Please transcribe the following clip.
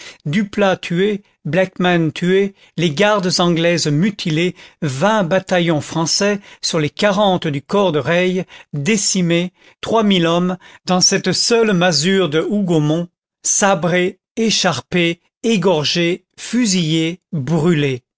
détruits duplat tué blackman tué les gardes anglaises mutilées vingt bataillons français sur les quarante du corps de reille décimés trois mille hommes dans cette seule masure de hougomont sabrés écharpés égorgés fusillés brûlés